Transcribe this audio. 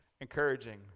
encouraging